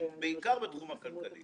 בעיקר בתחום הכלכלי.